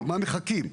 למה מחכים?